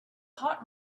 hot